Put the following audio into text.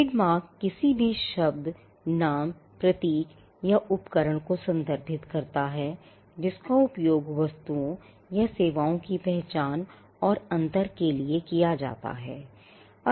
trademark किसी भी शब्द नाम प्रतीक या उपकरण को संदर्भित करता है जिसका उपयोग वस्तुओं और सेवाओं की पहचान और अंतर करने के लिए किया जाता है